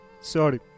Sorry